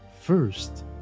First